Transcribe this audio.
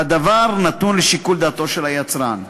והדבר נתון לשיקול דעתו של היצרן.